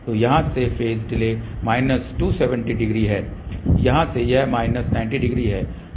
तो यहाँ से फेज डिले माइनस 270 डिग्री है यहाँ से यह माइनस 90 डिग्री है